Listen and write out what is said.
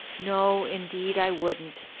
no, indeed, i wouldn't.